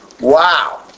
wow